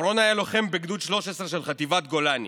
אורון היה לוחם בגדוד 13 של חטיבת גולני